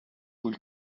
will